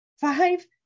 Five